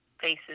faces